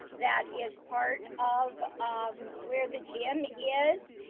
that is part of um where the gym is.